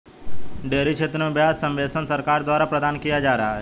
dairy क्षेत्र में ब्याज सब्वेंशन सरकार द्वारा प्रदान किया जा रहा है